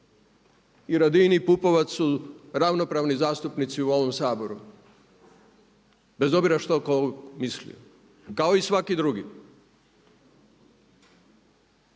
I Radin i Pupovac su ravnopravni zastupnici u ovom Saboru bez obzira što tko mislio, kao i svaki drugi.